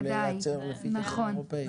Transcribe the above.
יוכלו לייצר לפי תקן אירופאי.